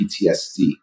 PTSD